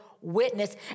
witness